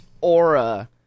aura